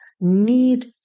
need